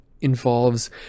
involves